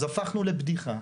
אז הפכנו לבדיחה.